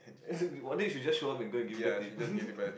one day you should just show up and go and give back to him